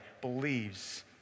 believes